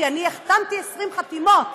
כי אני החתמתי 20 חתימות